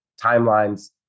timelines